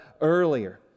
earlier